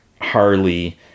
Harley